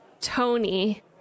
Tony